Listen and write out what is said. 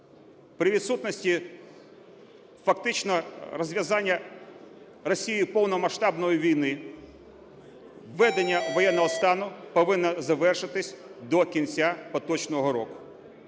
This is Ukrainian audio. при відсутності фактичного розв'язання Росією повномасштабної війни введення воєнного стану повинно завершитись до кінця поточного року.